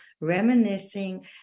reminiscing